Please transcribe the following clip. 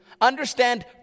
understand